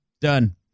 done